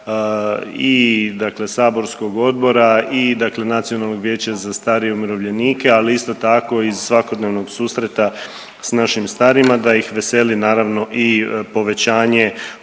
saborskog odbora i dakle Nacionalnog vijeća za starije umirovljenike, ali isto tako i iz svakodnevnog susreta s našim starijima da ih veseli naravno i povećanje